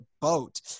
boat